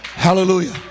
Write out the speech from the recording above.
Hallelujah